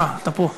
אה, אתה פה.